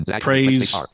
praise